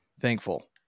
thankful